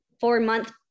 four-month